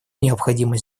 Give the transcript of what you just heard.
необходимо